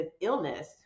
illness